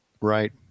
Right